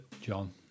John